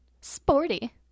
Sporty